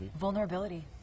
Vulnerability